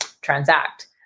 transact